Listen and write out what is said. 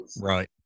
Right